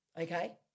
okay